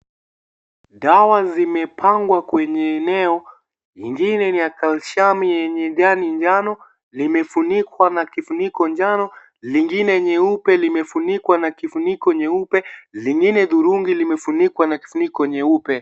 Dawa zimepangwa kwenye eneo, ingine ni ya kalsiamu yenye rangi njano limefunikwa na kifuniko njano, lingine nyeupe limefunikwa na kifuniko nyeupe, lingine hudhurungi limefunikwa na kifuniko nyeupe.